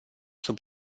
sub